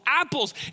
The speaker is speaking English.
apples